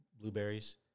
blueberries